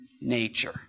nature